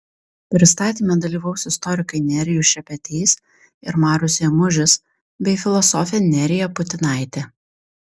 pristatyme dalyvaus istorikai nerijus šepetys ir marius ėmužis bei filosofė nerija putinaitė